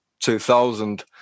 2000